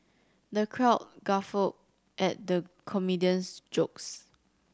the crowd guffawed at the comedian's jokes